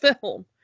film